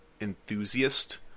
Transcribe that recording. enthusiast